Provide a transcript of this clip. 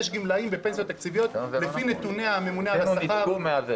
יש גמלאים בפנסיות תקציביות -- היום זה לא נכון.